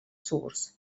source